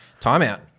Timeout